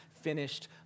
finished